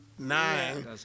Nine